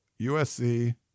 USC